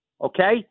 Okay